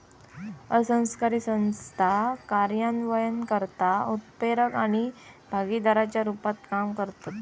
असरकारी संस्था कार्यान्वयनकर्ता, उत्प्रेरक आणि भागीदाराच्या रुपात काम करतत